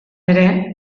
ere